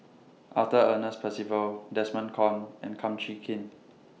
Arthur Ernest Percival Desmond Kon and Kum Chee Kin